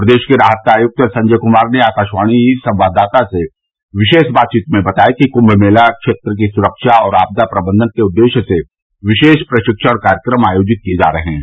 प्रदेश के राहत आयुक्त संजय कुमार ने आकाशवाणी संवाददाता से विशेष बातचीत में बताया कि कुम मेला क्षेत्र की सुख्का और आपदा प्रबंधन के उद्देश्य से विशेष प्रशिक्षण कार्यक्रम आयोजित किये जा रहे हैं